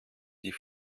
die